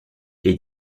est